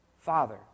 Father